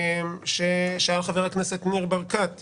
חבר הכנסת ניר ברקת שאל,